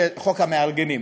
חוק המארגנים.